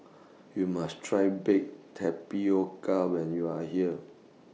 YOU must Try Baked Tapioca when YOU Are here